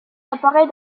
apparait